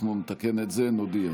אנחנו נתקן את זה, נודיע.